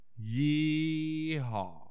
Yee-haw